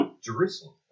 Jerusalem